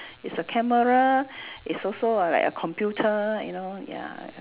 it's a camera it's also a like a computer you know ya